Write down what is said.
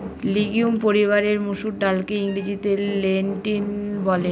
legume পরিবারের মসুর ডালকে ইংরেজিতে লেন্টিল বলে